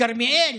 בכרמיאל,